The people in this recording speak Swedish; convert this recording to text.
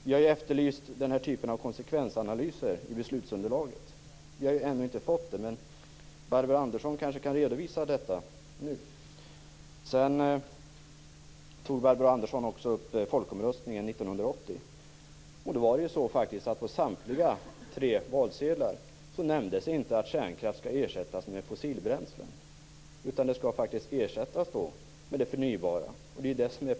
Vi har ju efterlyst den här typen av konsekvensanalyser i beslutsunderlaget. Vi har ju ännu inte fått det, men Barbro Andersson kanske kan redovisa detta nu. Sedan tog Barbro Andersson upp folkomröstningen 1980. Det var ju faktiskt så att det på samtliga tre valsedlar inte nämndes att kärnkraften skulle ersättas med fossilbränslen. Den skall alltså ersättas med förnybara energikällor.